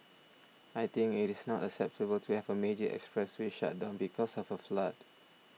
I think it is not acceptable to have a major expressway shut down because of a flood